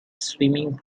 swimming